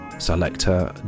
Selector